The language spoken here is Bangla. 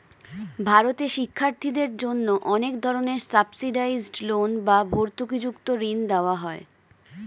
ভারতে শিক্ষার্থীদের জন্য অনেক ধরনের সাবসিডাইসড লোন বা ভর্তুকিযুক্ত ঋণ দেওয়া হয়